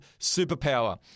superpower